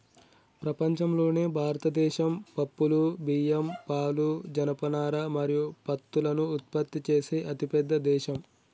ప్రపంచంలోనే భారతదేశం పప్పులు, బియ్యం, పాలు, జనపనార మరియు పత్తులను ఉత్పత్తి చేసే అతిపెద్ద దేశం